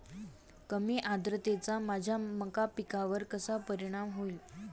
कमी आर्द्रतेचा माझ्या मका पिकावर कसा परिणाम होईल?